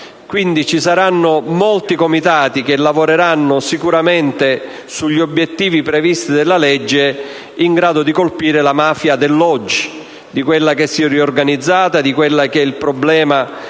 Quindi ci saranno molti Comitati che lavoreranno sicuramente sugli obiettivi previsti dalla legge in grado di colpire la mafia di oggi, quella che si è riorganizzata, quella che rappresenta